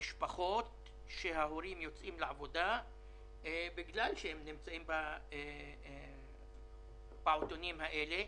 משפחות שיכולות לצאת לעבודה בגלל שהילדים נמצאים בפעוטונים האלה.